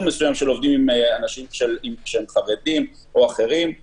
שיעור מסוים של עובדים עם חרדים או אחרים,